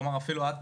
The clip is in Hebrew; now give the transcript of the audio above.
כלומר שאפילו את,